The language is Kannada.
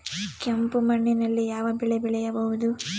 ಕೆಂಪು ಮಣ್ಣಿನಲ್ಲಿ ಯಾವ ಬೆಳೆ ಬೆಳೆಯಬಹುದು?